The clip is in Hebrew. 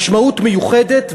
משמעות מיוחדת,